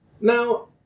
Now